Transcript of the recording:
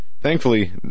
thankfully